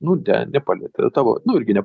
nu ne nepalietė tavo nu irgi ne